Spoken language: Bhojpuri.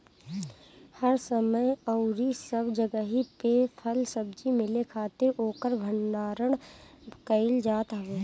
हर समय अउरी सब जगही पे फल सब्जी मिले खातिर ओकर भण्डारण कईल जात हवे